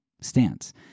stance